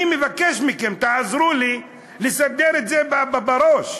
אני מבקש מכם, תעזרו לי לסדר את זה בראש.